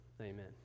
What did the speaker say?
amen